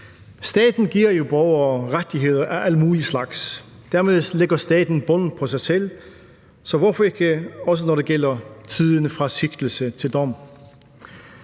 Staten giver jo borgere rettigheder af alle mulige slags. Dermed lægger staten bånd på sig selv, så hvorfor ikke også, når det gælder tiden fra sigtelse til dom?